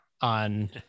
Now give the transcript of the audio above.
on